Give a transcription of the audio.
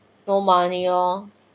no money hor